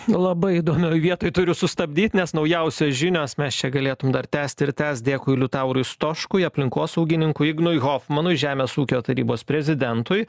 labai įdomioj vietoj turiu sustabdyti nes naujausios žinios mes čia galėtum dar tęsti ir tęs dėkui liutaurui stoškui aplinkosaugininkui ignui hofmanui žemės ūkio tarybos prezidentui